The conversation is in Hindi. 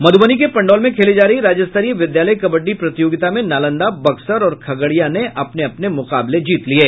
मधुबनी के पंडौल में खेली जा रही राज्य स्तरीय विद्यालय कबड्डी प्रतियोगिता में नालंदा बक्सर और खगड़िया ने अपने अपने मुकाबले जीत लिये